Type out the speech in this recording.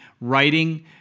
writing